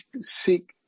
seek